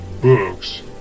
books